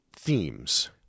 themes